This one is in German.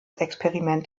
experiment